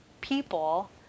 people